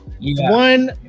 one